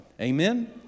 Amen